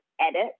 edit